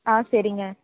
ஆ சரிங்க